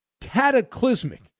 cataclysmic